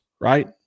right